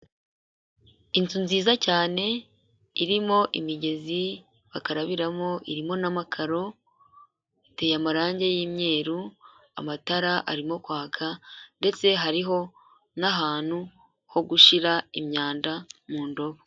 Inzu nziza cyane, irimo imigezi bakarabiramo, irimo n'amakararo, iteye amarange y'imyeru, amatara arimo kwaka ndetse hariho n'ahantu ho gushira imyanda mu ndobo.